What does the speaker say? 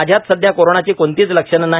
माझ्यात सध्या कोरोनाची कोणतीच लक्षणे नाही